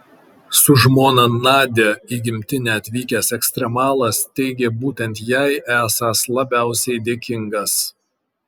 su žmona nadia į gimtinę atvykęs ekstremalas teigė būtent jai esąs labiausiai dėkingas